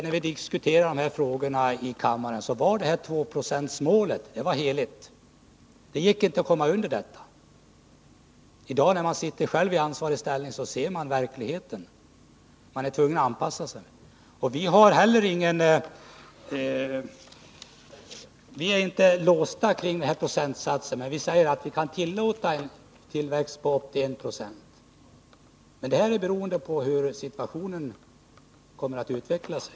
När vi diskuterade de här frågorna i kammaren förra året var tvåprocentsmålet heligt. Det gick inte att komma under detta. I dag, när man själv sitter i ansvarig ställning, ser man verkligheten. Man är tvungen att anpassa sig. Vi är inte låsta kring denna procentsats. Vi kan tillåta en tillväxt på upp till I 76. Men det är beroende av hur situationen kommer att utveckla sig.